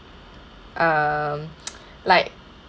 um like